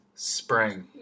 Spring